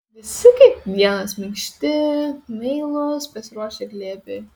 visi kaip vienas minkšti meilūs pasiruošę glėbiui